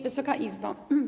Wysoka Izbo!